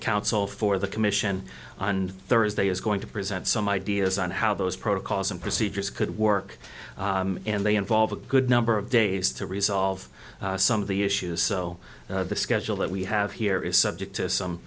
counsel for the commission on thursday is going to present some ideas on how those protocols and procedures could work and they involve a good number of days to resolve some of the issues so the schedule that we have here is subject to some